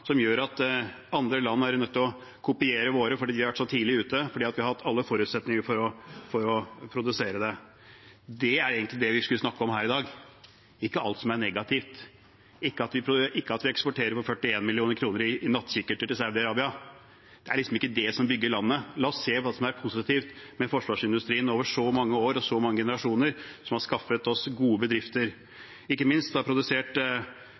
som gjør at andre land er nødt til å kopiere våre, fordi vi har vært så tidlig ute, og fordi vi har hatt alle forutsetninger for å produsere. Det er egentlig det vi skulle snakket om her i dag – ikke alt som er negativt, ikke at vi eksporterer for 41 mill. kr i nattkikkerter til Saudi-Arabia. Det er liksom ikke det som bygger landet. La oss se hva som er positivt med forsvarsindustrien, som over så mange år og så mange generasjoner har skaffet oss gode bedrifter. Ikke minst har de produsert